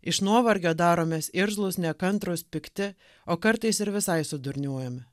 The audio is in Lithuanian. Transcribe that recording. iš nuovargio daromės irzlūs nekantrūs pikti o kartais ir visai sudurniuojame